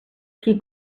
qui